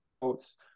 quotes